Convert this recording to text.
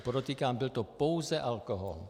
Podotýkám, byl to pouze alkohol.